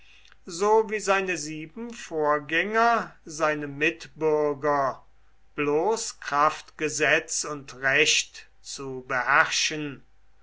so wie seine sieben vorgänger seine mitbürger bloß kraft gesetz und recht zu